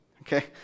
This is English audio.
okay